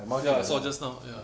ya I saw just now ya